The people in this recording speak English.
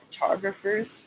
photographers